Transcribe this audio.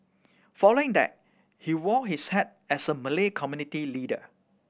following that he wore his hat as a Malay community leader